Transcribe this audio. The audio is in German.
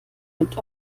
mit